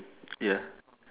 ya